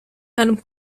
einem